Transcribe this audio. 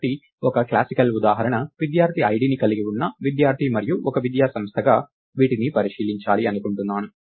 కాబట్టి ఒక క్లాసికల్ ఉదాహరణ విద్యార్థి ఐడిని కలిగి ఉన్న విద్యార్థి మరియు ఒక విద్యా సంస్థగా వీటిని పరిశీలించాలి అనుకుంటున్నాను